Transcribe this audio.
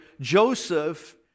Joseph